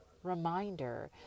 Reminder